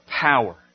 power